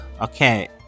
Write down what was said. Okay